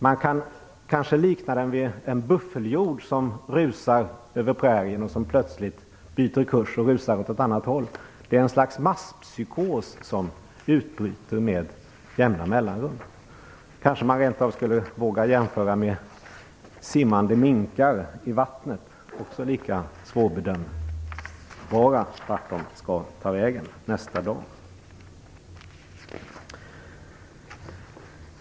Man kan likna den vid en buffelhjord som rusar över prärien och plötsligt byter kurs och rusar åt ett annat håll. Det är en sorts masspsykos som utbryter med jämna mellanrum. Kanske man rent av skulle våga jämföra med simmande minkar i vattnet. Det är lika svårbedömbart vart de skall ta vägen nästa dag.